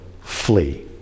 flee